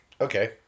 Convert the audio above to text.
Okay